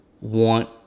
want